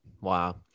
wow